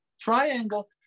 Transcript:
triangle